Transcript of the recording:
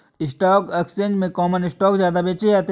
stock exchange में common stock ज्यादा बेचे जाते है